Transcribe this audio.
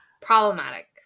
problematic